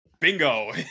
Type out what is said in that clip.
Bingo